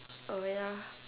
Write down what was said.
uh ya